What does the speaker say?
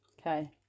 okay